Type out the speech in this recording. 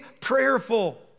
prayerful